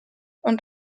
und